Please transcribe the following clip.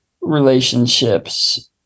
relationships